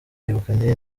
yegukanye